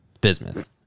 Bismuth